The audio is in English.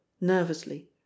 nervously